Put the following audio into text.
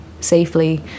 safely